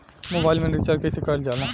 Mobile में recharge कइसे करल जाला?